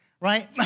right